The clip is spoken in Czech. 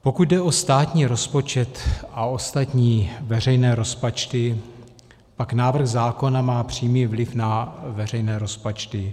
Pokud jde o státní rozpočet a ostatní veřejné rozpočty, pak návrh zákona má přímý vliv na veřejné rozpočty.